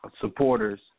supporters